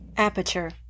Aperture